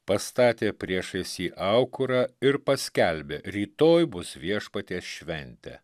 pastatė priešais jį aukurą ir paskelbė rytoj bus viešpaties šventė